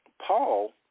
Paul